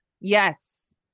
Yes